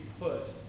put